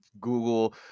Google